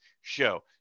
show